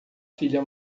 filha